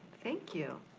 thank you.